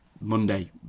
Monday